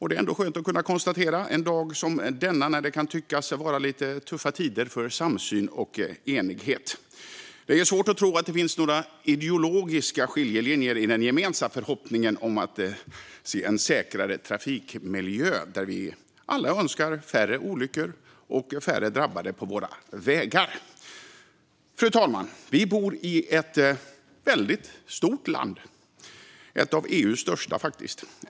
Det är skönt att kunna konstatera det en dag som denna, när det kan tyckas vara lite tuffa tider för samsyn och enighet. Det är svårt att tro att det finns några ideologiska skiljelinjer i den gemensamma förhoppningen om att se en säkrare trafikmiljö, där vi alla önskar färre olyckor och färre drabbade på våra vägar. Fru talman! Vi bor i ett väldigt stort land, faktiskt ett av EU:s största.